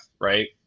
right